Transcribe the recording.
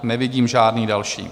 Nevidím žádný další.